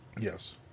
Yes